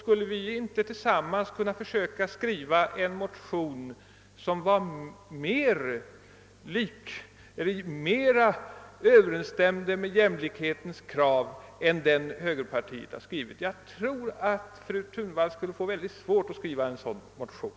Kunde vi inte tillsammans skriva en motion, som mera överensstämde med jämlikhetskravet än den som högerpartiet väckt? Jag tror dock att fru Thunvall och jag skulle få ganska stora svårigheter att skriva en sådan motion.